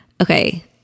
Okay